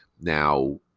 now